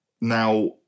now